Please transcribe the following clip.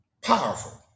Powerful